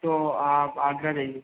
तो आप आगरा जाइए